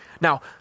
Now